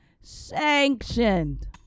sanctioned